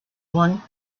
one